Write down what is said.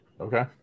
Okay